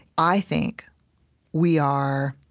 i think we are